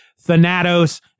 Thanatos